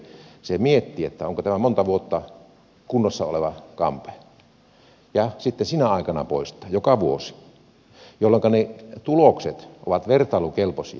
se miettii että onko tämä monta vuotta kunnossa oleva kampe ja sitten sinä aikana poistaa joka vuosi jolloinka ne tulokset ovat vertailukelpoisia